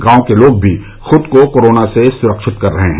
गांव के लोग भी खुद को कोरोना से सुरक्षित कर रहे हैं